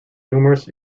numerous